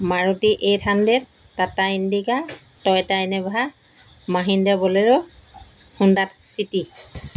Maruti eight hundred Tata Indica Toyota Innova Mahindra Bolero Honda city